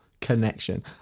connection